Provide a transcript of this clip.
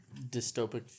dystopic